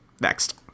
Next